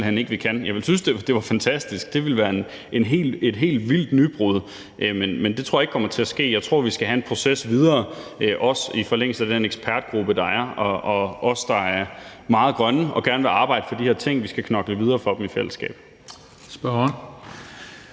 synes, det var fantastisk. Det ville være et helt vildt nybrud, men det tror jeg ikke kommer til at ske. Jeg tror, vi skal have en proces videre, også i forlængelse af den ekspertgruppe, der er. Os, der er meget grønne og gerne vil arbejde for de her ting, skal knokle videre for dem i fællesskab.